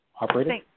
Operator